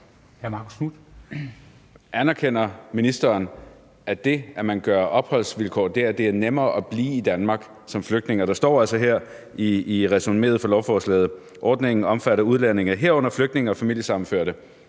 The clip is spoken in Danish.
Marcus Knuth (KF): Anerkender ministeren, at man gør det nemmere at blive i Danmark som flygtning? Der står altså her i resumeet af lovforslaget, at ordningen omfatter udlændinge, herunder flygtninge og familiesammenførte.